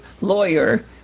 lawyer